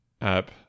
app